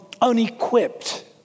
unequipped